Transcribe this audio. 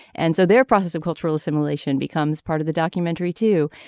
and so their process of cultural assimilation becomes part of the documentary too.